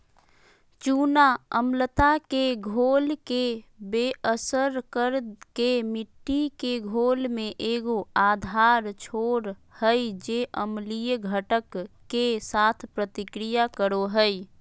चूना अम्लता के घोल के बेअसर कर के मिट्टी के घोल में एगो आधार छोड़ हइ जे अम्लीय घटक, के साथ प्रतिक्रिया करो हइ